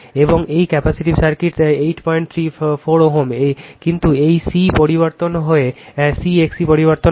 এবং এটি capacitive circuit 834 Ω কিন্তু এই C পরিবর্তিত হয় C XC পরিবর্তিত হয়